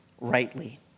rightly